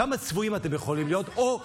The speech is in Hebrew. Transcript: כמה צבועים אתם יכולים להיות, או פחדנים.